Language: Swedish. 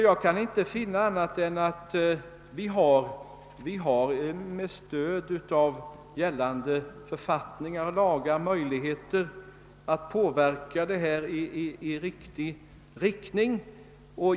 Jag kan alltså inte finna annat än att vi med stöd av gällande författningar och lagar har möjlighet att påverka dessa ärenden i rätt riktning.